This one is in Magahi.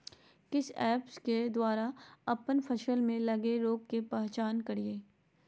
किस ऐप्स के द्वारा अप्पन फसल में लगे रोग का पहचान करिय?